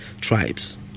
tribes